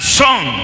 song